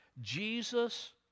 Jesus